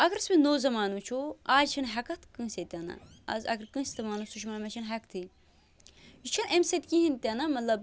اَگر أسۍ وۅنۍ نوٚو زمانہٕ وُچھ اَز چھِنہٕ ہٮ۪کَتھ کٲنٛسے تہِ نہٕ اَز اَگر کٲنٛسہِ تہِ ونو سُہ چھُ ونان مےٚ چھِنہٕ ہٮ۪کتھٕے یہِ چھُنہٕ اَمہِ سۭتۍ کِہیٖنۍ تہِ نہٕ مطلب